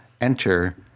enter